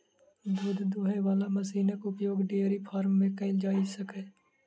दूध दूहय बला मशीनक उपयोग डेयरी फार्म मे कयल जाइत छै